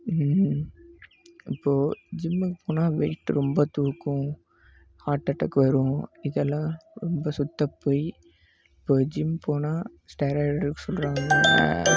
இப்போது ஜிம்முக்கு போனால் வெயிட்டு ரொம்ப தூக்கும் ஹார்ட் அட்டாக் வரும் இதெல்லாம் ரொம்ப சுத்த பொய் இப்போ ஜிம் போனால் ஸ்டைராய்டு சொல்கிறாங்க